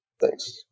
thanks